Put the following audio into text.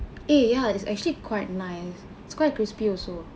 eh ya it is actually quite nice it's quite crispy also